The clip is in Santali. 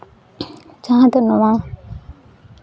ᱡᱟᱦᱟᱸ ᱫᱚ ᱱᱚᱣᱟ